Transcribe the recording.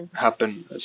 happen